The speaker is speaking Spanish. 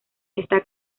está